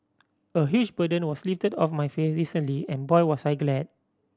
a huge burden was lifted off my face recently and boy was I glad